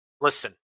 Listen